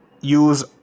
use